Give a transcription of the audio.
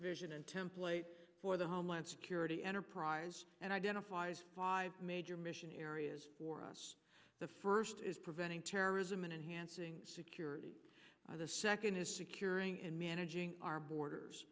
vision and template for the homeland security enterprise and identifies five major mission areas for us the first is preventing terrorism and enhancing security the second is securing and managing our borders